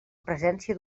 presència